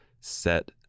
set